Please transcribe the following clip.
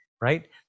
right